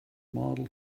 model